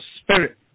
spirit